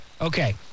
Okay